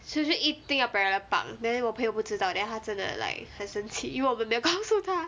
swee choon 一定要 parallel park then 我朋友不知道 then 她真的 like 很生气因为我们没有告诉她